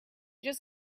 just